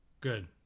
Good